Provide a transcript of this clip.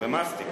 ומסטיק.